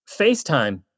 FaceTime